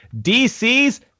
DC's